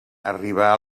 arribà